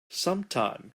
sometime